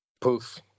Poof